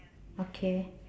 okay